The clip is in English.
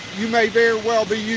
you may very well be